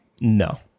no